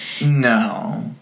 No